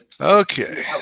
Okay